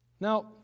Now